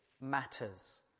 matters